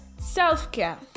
self-care